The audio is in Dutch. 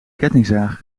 kettingzaag